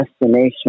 destination